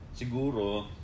Siguro